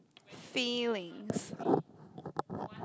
feelings